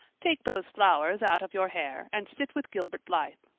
take those flowers out of your hair and sit with gilbert blythe.